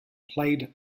played